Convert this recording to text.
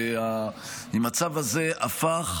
המצב הזה הפך